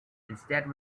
instead